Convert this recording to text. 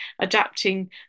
adapting